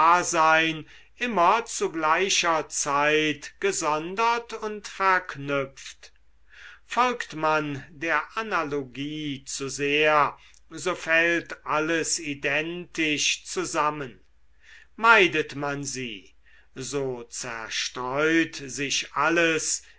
immer zu gleicher zeit gesondert und verknüpft folgt man der analogie zu sehr so fällt alles identisch zusammen meidet man sie so zerstreut sich alles